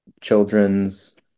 children's